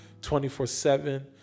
24-7